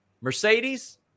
Mercedes